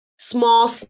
small